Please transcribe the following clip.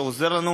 שעוזר לנו.